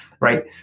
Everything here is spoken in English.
right